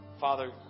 Father